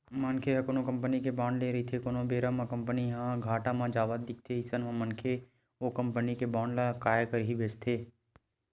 मनखे ह कोनो कंपनी के बांड ले रहिथे कोनो बेरा म कंपनी ह घाटा म जावत दिखथे अइसन म मनखे ओ कंपनी के बांड ल काय करही बेंचथे